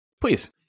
please